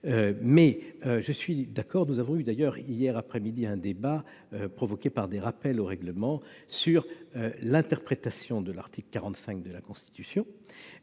que je suis d'accord avec vous. Nous avons eu hier après-midi un débat provoqué par des rappels au règlement sur l'interprétation de l'article 45 de la Constitution